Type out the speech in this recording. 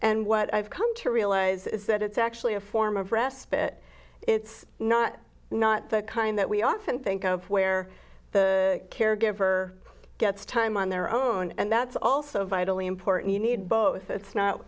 and what i've come to realize is that it's actually a form of respite it's not not the kind that we often think of where the caregiver gets time on their own and that's also vitally important you need both it's not